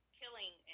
killing